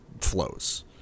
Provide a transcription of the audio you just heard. flows